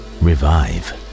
revive